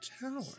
tower